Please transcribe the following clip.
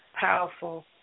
Powerful